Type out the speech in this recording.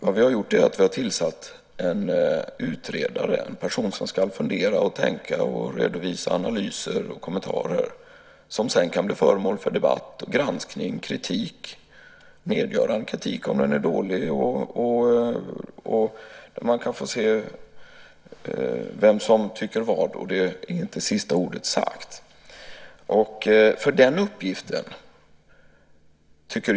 Vad vi har gjort är att vi har tillsatt en utredare, en person som ska tänka, fundera och redovisa analyser och kommentarer, och som sedan kan bli föremål för debatt, granskning och kritik - kanske nedgörande kritik om utredningen är dålig. Man kan få se vem som tycker vad, och sista ordet är inte sagt.